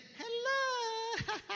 hello